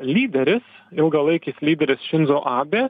lyderis ilgalaikis lyderis šindzo abė